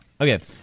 Okay